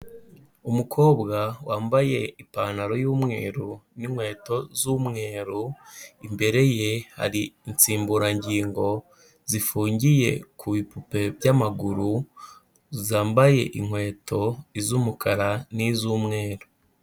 Umukobwa wambaye ipantaro y'umweru n'inkweto z'umweru. Imbere ye hari insimburangingo zifungiye ku bipupe by'amaguru, zambaye inkweto z'umukara n'iz'umweru.